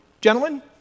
gentlemen